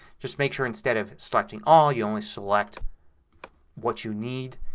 just make sure instead of selecting all you only select what you need,